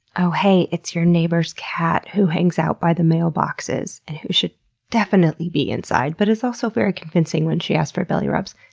oh hey, it's your neighbor's cat who hangs out by the mailboxes, and who should definitely be inside but is also very convincing when she asks for belly rubs,